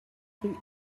rue